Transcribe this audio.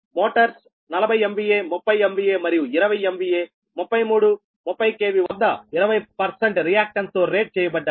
Motors 40 MVA 30 MVA మరియు 20 MVA 33 30 KV వద్ద 20 రియాక్టన్స్తో రేట్ చేయబడ్డాయి